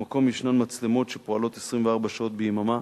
במקום ישנן מצלמות שפועלות 24 שעות ביממה,